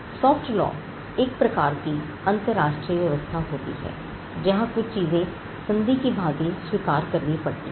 Soft law एक प्रकार का अंतरराष्ट्रीय व्यवस्था होती है जहां कुछ चीजें संधि की भांति स्वीकार करनी पड़ती हैं